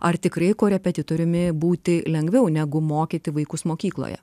ar tikrai korepetitoriumi būti lengviau negu mokyti vaikus mokykloje